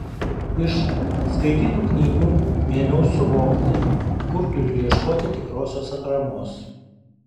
iš skaitytų knygų ėmiau suvokti kur turiu ieškoti tikrosios atramos